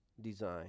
design